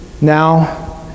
now